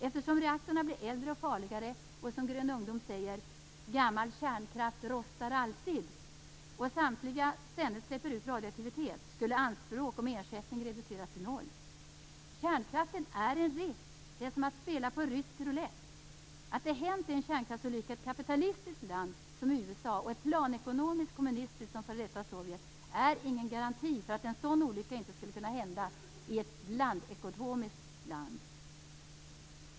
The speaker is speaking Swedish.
Eftersom reaktorerna blir äldre och farliga och, som Grön ungdom säger, gammal kärnkraft rostar alltid, och samtliga ständigt släpper ut radioaktivitet, skulle anspråken om ersättning reduceras till noll. Kärnkraften är en risk - det är som att spela rysk roulette. Att det hänt en kärnkraftsolycka i ett kapitalistiskt land som USA och i ett planekonomiskt kommunistiskt land som f.d. Sovjet är ingen garanti för att en sådan olycka inte skulle kunna hända i ett blandekonomiskt land.